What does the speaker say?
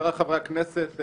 חבריי חברי הכנסת,